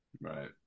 right